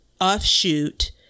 offshoot